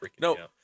No